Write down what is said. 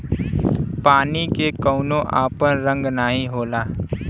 पानी के कउनो आपन रंग नाही होला